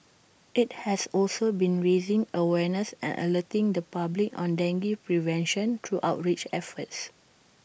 IT has also been raising awareness and alerting the public on dengue prevention through outreach efforts